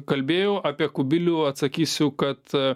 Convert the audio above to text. kalbėjau apie kubilių atsakysiu kad